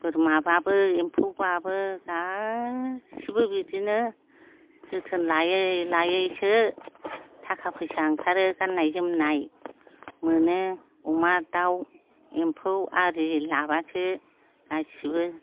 बोरमाबाबो एम्फौबाबो गासैबो बिदिनो जोथोन लायै लायैसो थाखा फैसा ओंखारो गाननाय जोमनाय मोनो अमा दाउ एम्फौ आरि लाबासो गासैबो